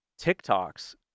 TikToks